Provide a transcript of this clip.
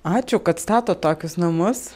ačiū kad statot tokius namus